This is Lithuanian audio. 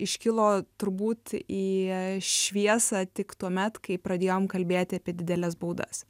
iškilo turbūt į šviesą tik tuomet kai pradėjom kalbėti apie dideles baudas